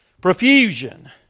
Profusion